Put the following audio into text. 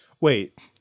Wait